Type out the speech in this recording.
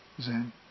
Zen